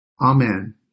Amen